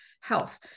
Health